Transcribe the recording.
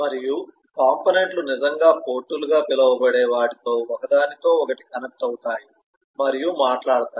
మరియు కంపోనెంట్ లు నిజంగా పోర్టులుగా పిలువబడే వాటితో ఒకదానితో ఒకటి కనెక్ట్ అవుతాయి మరియు మాట్లాడతాయి